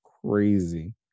crazy